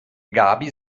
gaby